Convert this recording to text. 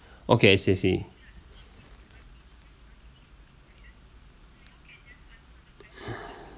okay I see I see